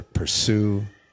pursue